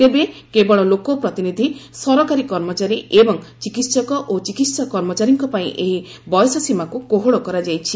ତେବେ କେବଳ ଲୋକପ୍ରତିନିଧି ସରକାରୀ କର୍ମଚାରୀ ଏବଂ ଚିକିତ୍ସକ ଓ ଚିକିତ୍ସା କର୍ମଚାରୀଙ୍କ ପାଇଁ ଏହି ବୟସସୀମାକୁ କୋହଳ କରାଯାଇଛି